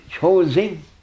choosing